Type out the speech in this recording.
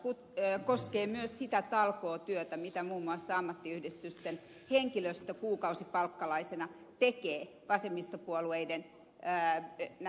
tämä koskee myös sitä talkootyötä mitä muun muassa ammattiyhdistysten henkilöstö kuukausipalkkalaisena tekee näissä vasemmistopuolueiden vaalitilaisuuksissa